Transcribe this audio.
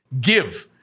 give